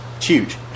Huge